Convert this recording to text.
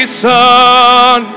son